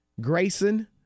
Grayson